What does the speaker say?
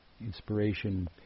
inspiration